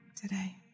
today